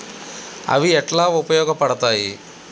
అవి ఎట్లా ఉపయోగ పడతాయి?